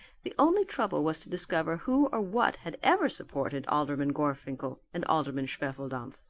the only trouble was to discover who or what had ever supported alderman gorfinkel and alderman schwefeldampf.